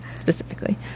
specifically